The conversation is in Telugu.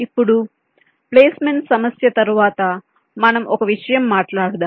ఇప్పుడు ప్లేస్మెంట్ సమస్య తరువాత మనం ఒక విషయం మాట్లాడుతాము